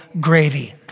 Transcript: gravy